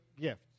gift